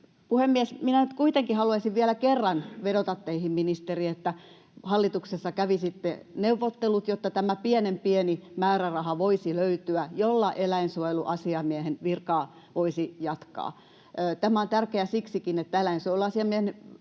Minä nyt kuitenkin haluaisin vielä kerran vedota teihin, ministeri, että hallituksessa kävisitte neuvottelut, jotta voisi löytyä tämä pienen pieni määräraha, jolla eläinsuojeluasiamiehen virkaa voisi jatkaa. Tämä on tärkeää siksikin, että eläinsuojeluasiamiehellä on